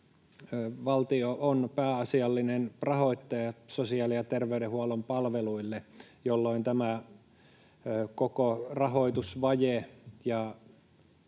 valtio on pääasiallinen rahoittaja sosiaali- ja terveydenhuollon palveluille, jolloin tämä koko rahoitusvaje ja